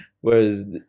whereas